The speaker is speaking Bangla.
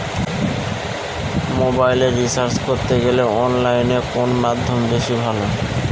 মোবাইলের রিচার্জ করতে গেলে অনলাইনে কোন মাধ্যম বেশি ভালো?